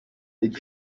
big